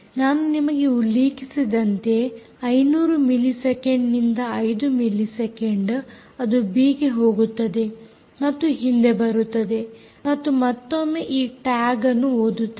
ನಾನು ನಿಮಗೆ ಉಲ್ಲೇಖಿಸಿದಂತೆ 500 ಮಿಲಿ ಸೆಕೆಂಡ್ ನಿಂದ 5 ಸೆಕೆಂಡ್ ಅದು ಬಿ ಗೆ ಹೋಗುತ್ತದೆ ಮತ್ತು ಹಿಂದೆ ಬರುತ್ತದೆ ಮತ್ತು ಮತ್ತೊಮ್ಮೆ ಈ ಟ್ಯಾಗ್ ಅನ್ನು ಓದುತ್ತದೆ